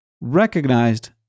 recognized